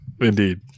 Indeed